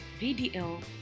VDL